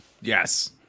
Yes